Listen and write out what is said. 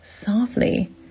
softly